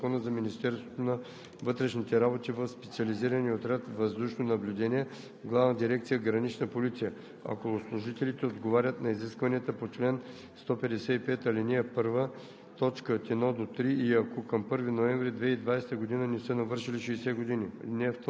използвани за осъществяване на граничен контрол, се преобразуват в служебни правоотношения по Закона за Министерството на вътрешните работи в Специализирания отряд „Въздушно наблюдение“ в Главна дирекция „Гранична полиция“, ако служителите отговорят на изискванията по чл. 155, ал. 1,